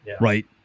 right